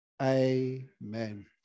Amen